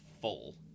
full